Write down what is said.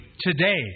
today